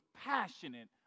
passionate